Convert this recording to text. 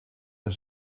les